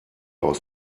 aus